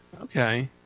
Okay